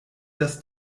das